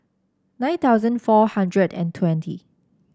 nine thousand four hundred and twenty